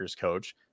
coach